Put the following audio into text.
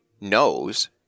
knows